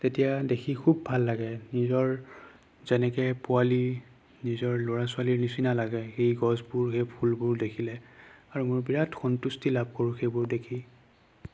তেতিয়া দেখি খুব ভাল লাগে নিজৰ যেনেকৈ পোৱালি নিজৰ ল'ৰা ছোৱালীৰ নিচিনা লাগে সেই গছবোৰ সেই ফুলবোৰ দেখিলে আৰু মই বিৰাট সন্তুষ্টি লাভ কৰোঁ সেইবোৰ দেখি